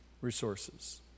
resources